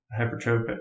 hypertrophic